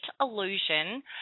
illusion